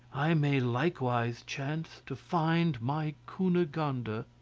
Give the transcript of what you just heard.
i may likewise chance to find my cunegonde. ah